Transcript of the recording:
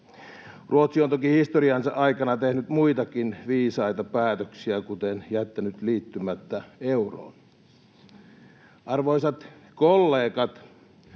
Ruotsi on toki historiansa aikana tehnyt muitakin viisaita päätöksiä, kuten jättänyt liittymättä euroon. Arvoisat kollegat!